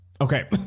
Okay